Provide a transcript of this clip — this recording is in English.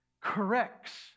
corrects